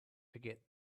forget